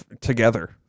together